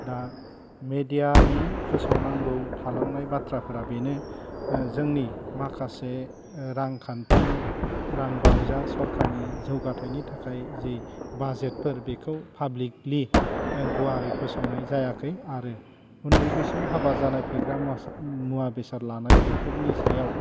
दा मेदियानि फोसावनांगौ थालांनाय बाथ्राफ्रा बेनो जोंनि माखासे रांखान्थि रांबावजा सरकारनि जौगाथाइनि थाखाय जि बाजेटफोर बेखौ पाब्लिकलि गुवारै फोसावनाय जायाखै आरो उन्दै बैसोआव हाबा जानाय फेग्रा मुवा मुवा बेसाद लानाय बेफोरनि सायाव